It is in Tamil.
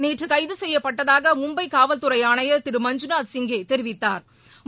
நேற்று கைது செய்யப்பட்டதாக மும்பை காவல்துறை ஆணையா் திரு மஞ்சுநாத் சிங்கே தெரிவித்தாா்